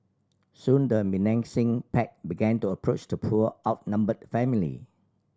soon the menacing pack began to approach the poor outnumbered family